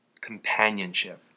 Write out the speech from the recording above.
Companionship